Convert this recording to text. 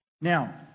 Now